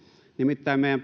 nimittäin meidän